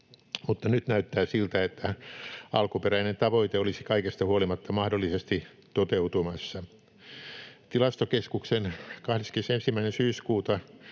mutta nyt näyttää siltä, että alkuperäinen tavoite olisi kaikesta huolimatta mahdollisesti toteutumassa. Tilastokeskuksen 21.